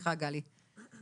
בבקשה גלי.